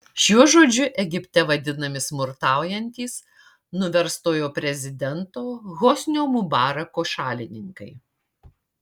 šiuo žodžiu egipte vadinami smurtaujantys nuverstojo prezidento hosnio mubarako šalininkai